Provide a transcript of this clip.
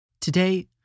Today